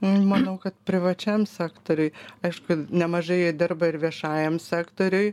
manau kad privačiam sektoriui aišku nemažai jie dirba ir viešajam sektoriui